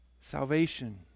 Salvation